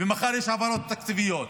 מחר יש העברות תקציביות,